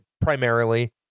primarily